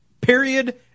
Period